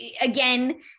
again